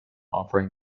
offering